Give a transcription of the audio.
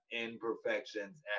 imperfections